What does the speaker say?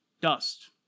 Dust